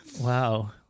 wow